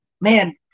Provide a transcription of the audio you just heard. man